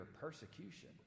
persecution